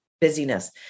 busyness